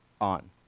on